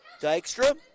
Dykstra